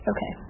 Okay